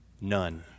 None